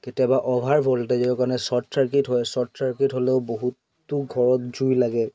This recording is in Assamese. কেতিয়াবা অ'ভাৰ ভ'ল্টেজৰ কাৰণে শ্বৰ্ট চাৰ্কিট হয় শ্বৰ্ট চাৰ্কিট হ'লেও বহুতো ঘৰত জুই লাগে